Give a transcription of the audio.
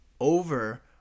over